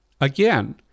again